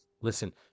Listen